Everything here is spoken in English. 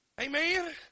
Amen